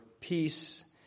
peace